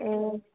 ए